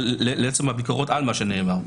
אבל לעצם הביקורות על מה שנאמר.